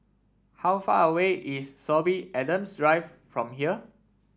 how far away is Sorby Adams Drive from here